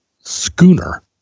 schooner